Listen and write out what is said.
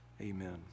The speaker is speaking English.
Amen